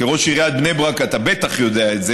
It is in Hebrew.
כראש עיריית בני ברק לשעבר אתה בטח יודע את זה,